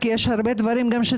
כי גם שם יש הרבה דברים שצריך